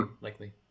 likely